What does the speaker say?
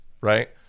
Right